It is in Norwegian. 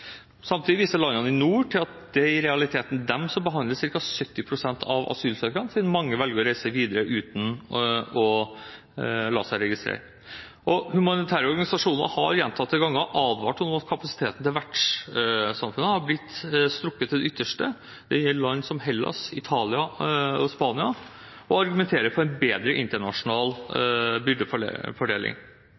Samtidig viser landene i nord til at det i realiteten er dem som behandler ca. 70 pst. av asylsøkerne, siden mange velger å reise videre uten å la seg registrere. Humanitære organisasjoner har gjentatte ganger advart om at kapasiteten til vertssamfunnene har blitt strukket til det ytterste – det gjelder land som Hellas, Italia og Spania – og argumenterer for en bedre internasjonal